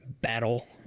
battle